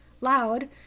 loud